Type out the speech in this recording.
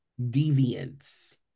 deviance